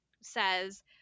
says